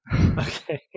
Okay